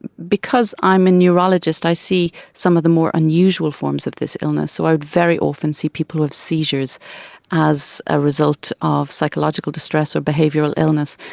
because i am a neurologist i see some of the more unusual forms of this illness, so i very often see people with seizures as a result of psychological distress or behavioural illness.